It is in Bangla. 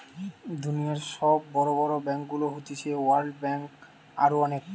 দুনিয়র সব বড় বড় ব্যাংকগুলো হতিছে ওয়ার্ল্ড ব্যাঙ্ক, আরো অনেক